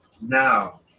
Now